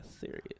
serious